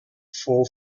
fou